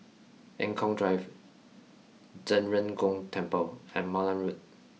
Eng Kong Drive Zhen Ren Gong Temple and Malan Road